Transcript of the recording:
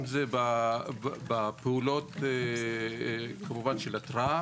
אם זה בפעולות של התרעה,